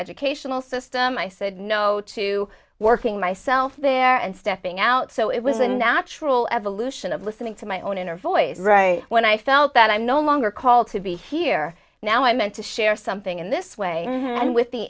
educational system i said no to working myself there and stepping out so it was a natural evolution of listening to my own inner voice right when i felt that i'm no longer called to be here now i meant to share something in this way and with the